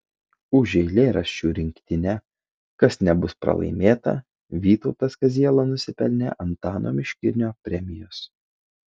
už eilėraščių rinktinę kas nebus pralaimėta vytautas kaziela nusipelnė antano miškinio premijos